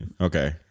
Okay